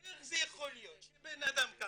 איך זה יכול להיות שפילנתרופ